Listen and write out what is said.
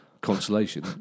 consolation